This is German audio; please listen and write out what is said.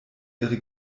ihre